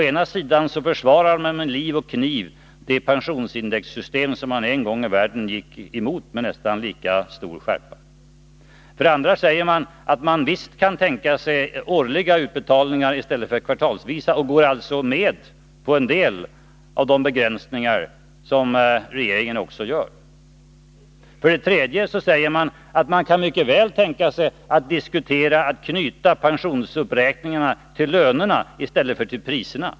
För det första försvarar man med liv och kniv det pensionsindexsystem som man en gång i världen gick emot med nästan lika stor skärpa. För det andra säger man att man visst kan tänka sig årliga utbetalningar i stället för kvartalsvisa och går alltså med på en del av de begränsningar som regeringen också gör. För det tredje säger man att man kan mycket väl tänka sig att diskutera att knyta pensionsuppräkningarna till lönerna i stället för till priserna.